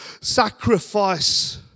sacrifice